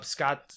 Scott